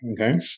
Okay